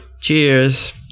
Cheers